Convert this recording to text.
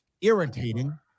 irritating